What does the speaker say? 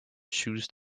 choose